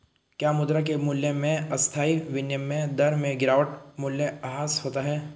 क्या मुद्रा के मूल्य में अस्थायी विनिमय दर में गिरावट मूल्यह्रास होता है?